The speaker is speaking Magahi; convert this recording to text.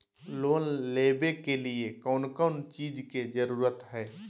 लोन लेबे के लिए कौन कौन चीज के जरूरत है?